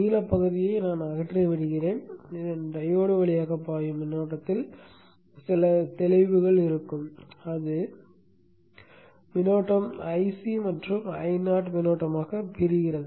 நீலப் பகுதியை அகற்றி விடுகிறேன் இதனால் டையோடு வழியாக பாயும் மின்னோட்டத்தில் சில தெளிவுகள் இருக்கும் அது மீண்டும் Ic மற்றும் Io மின்னோட்டமாகப் பிரியும்